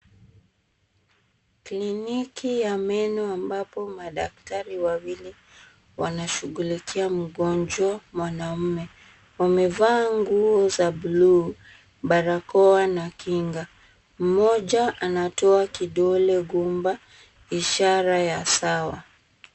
Kliniki ya meno ambapo madaktari wawili wanashughulikia mgonjwa mwanamume. Wamevaa nguo za blue , barakoa na kinga. Mmoja anatoa kidole gumba ishara ya sawa.